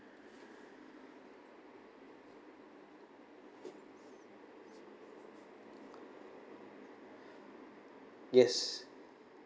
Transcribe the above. yes